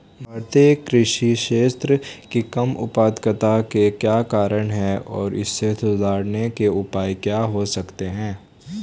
भारतीय कृषि क्षेत्र की कम उत्पादकता के क्या कारण हैं और इसे सुधारने के उपाय क्या हो सकते हैं?